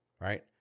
right